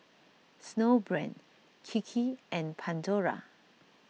Snowbrand Kiki and Pandora